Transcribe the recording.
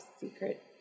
secret